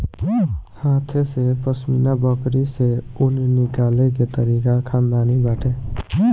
हाथे से पश्मीना बकरी से ऊन निकले के तरीका खानदानी बाटे